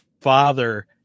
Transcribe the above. father